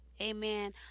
amen